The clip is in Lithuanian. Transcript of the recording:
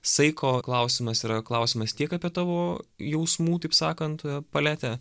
saiko klausimas yra klausimas tiek apie tavo jausmų taip sakant paletę